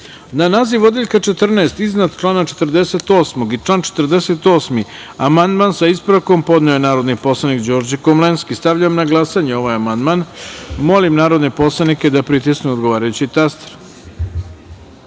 iznad člana 65, naziv člana 65. i član 65. amandman, sa ispravkom, podneo je narodni poslanik Đorđe Komlenski. Stavljam na glasanje ovaj amandman. Molim narodne poslanike da pritisnu odgovarajući